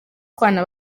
kubana